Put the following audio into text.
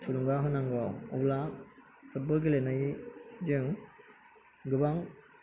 थुलुंगा होनांगौ अब्ला फुटबल गेलेनायजों गोबां